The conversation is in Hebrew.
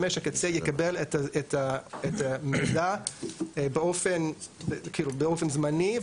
קצה יקבל את המידע באופן זמני,